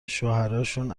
شوهراشون